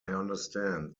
understand